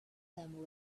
them